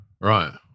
Right